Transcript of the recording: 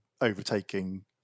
overtaking